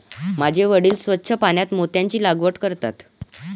माझे वडील स्वच्छ पाण्यात मोत्यांची लागवड करतात